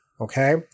Okay